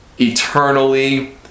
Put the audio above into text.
eternally